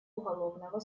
уголовного